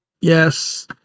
yes